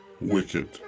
wicked